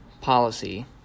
policy